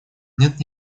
нет